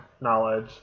knowledge